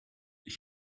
ich